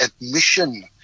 admission